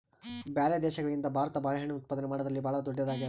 ಬ್ಯಾರೆ ದೇಶಗಳಿಗಿಂತ ಭಾರತ ಬಾಳೆಹಣ್ಣು ಉತ್ಪಾದನೆ ಮಾಡದ್ರಲ್ಲಿ ಭಾಳ್ ಧೊಡ್ಡದಾಗ್ಯಾದ